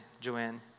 Joanne